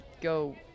go